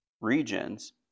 regions